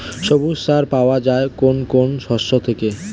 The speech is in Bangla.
সবুজ সার পাওয়া যায় কোন কোন শস্য থেকে?